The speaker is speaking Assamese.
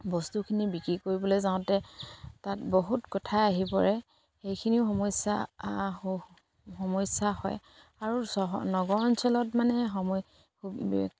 বস্তুখিনি বিক্ৰী কৰিবলে যাওঁতে তাত বহুত কথাই আহি পৰে সেইখিনিও সমস্যা সমস্যা হয় আৰু নগৰ অঞ্চলত মানে